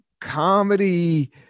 comedy